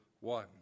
one